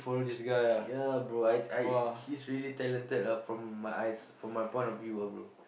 ya bro I I he's really talented ah from my eyes from my point of view ah bro